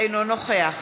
אינו נוכח